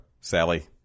Sally